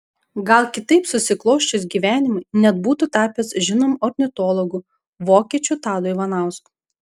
gal kitaip susiklosčius gyvenimui net būtų tapęs žinomu ornitologu vokiečių tadu ivanausku